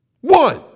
one